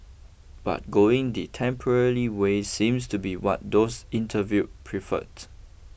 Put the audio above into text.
but going the temporarily way seems to be what those interview preferred